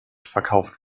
verkauft